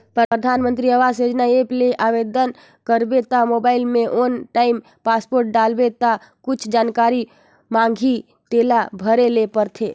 परधानमंतरी आवास योजना ऐप ले आबेदन करबे त मोबईल में वन टाइम पासवर्ड डालबे ता कुछु जानकारी मांगही तेला भरे ले परथे